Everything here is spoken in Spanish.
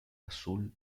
azul